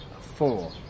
four